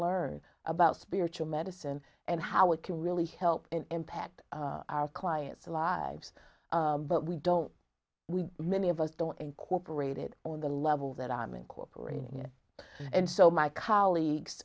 learn about spiritual medicine and how it can really help and impact our clients lives but we don't we many of us don't incorporate it on the level that i'm incorporating it and so my colleagues